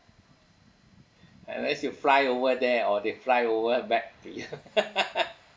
unless you fly over there or they fly over back to you